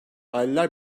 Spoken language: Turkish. aileler